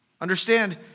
Understand